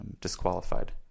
disqualified